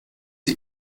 die